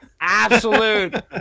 Absolute